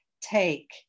Take